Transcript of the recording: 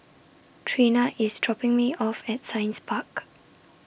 Treena IS dropping Me off At Science Park